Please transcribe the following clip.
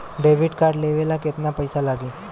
Debit card लेवे ला केतना पईसा लागी?